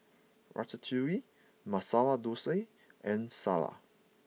Ratatouille Masala Dosa and Salsa